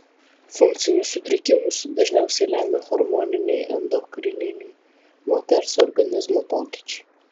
funkcinius sutrikimus dažniausiai lemia hormoniniai endokrininiai moters organizmo pokyčiai